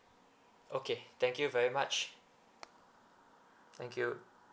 okay thank you very much thank you